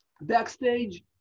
Backstage